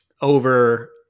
Over